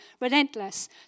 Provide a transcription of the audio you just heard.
relentless